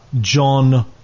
John